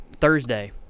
Thursday